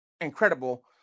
incredible